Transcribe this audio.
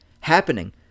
happening